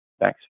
Thanks